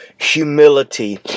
humility